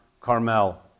Carmel